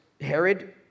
Herod